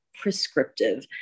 Prescriptive